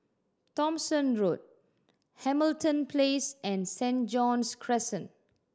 Thomson Road Hamilton Place and Saint John's Crescent